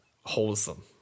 wholesome